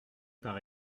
par